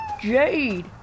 Jade